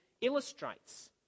illustrates